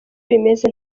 bimeze